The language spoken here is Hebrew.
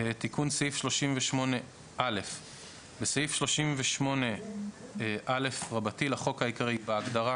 תיקון סעיף 38א 7. בסעיף 38א לחוק העיקרי, בהגדרה